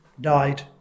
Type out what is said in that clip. died